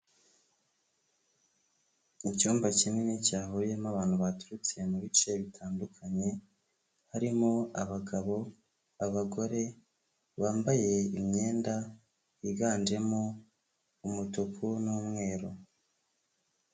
Icyumba kinini, cyahuriyemo abantu baturutse mu bice bitandukanye, harimo abagabo, abagore, bambaye imyenda, yiganjemo umutuku n'umweru.